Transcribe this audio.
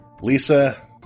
Lisa